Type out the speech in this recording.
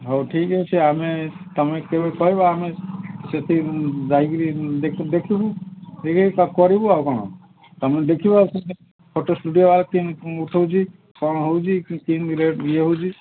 ହଉ ଠିକ୍ ଅଛି ଆମେ ତୁମେ କେବେ କହିବ ଆମେ ସେଠି ଯାଇକିରି ଦେଖ ଦେଖିବୁ ସେୟା ହିଁ କ କରିବୁ ଆଉ କ'ଣ ତୁମେ ଦେଖିବ ଫଟୋ ଷ୍ଟୁଡ଼ିଓ ଉଠଉଛି କ'ଣ ହେଉଛି କି କିମ ରେଟ୍ ଇଏ ହେଉଛି